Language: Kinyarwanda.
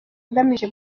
agamije